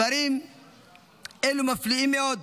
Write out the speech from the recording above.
דברים אלו מפליאים מאוד,